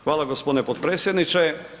Hvala gospodine potpredsjedniče.